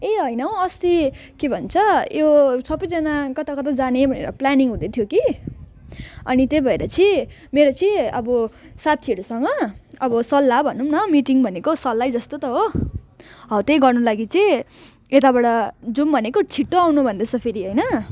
ए होइन हौ अस्ति के भन्छ यो सबैजना कताकता जाने भनेर प्लानिङ हुँदै थियो कि अनि त्यही भएर चाहिँ मेरो चाहिँ अब साथीहरूसँग अब सल्लाह भनौँ न मिटिङ भनेको सल्लाहै जस्तो त हो हौ त्यही गर्नु लागि चाहिँ यताबाट जाऊँ भनेको छिटो आउनु भन्दैछ फेरि होइन